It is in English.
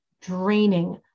draining